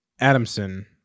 Adamson